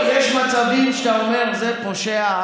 יש מצבים שאתה אומר: זה פושע,